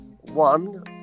one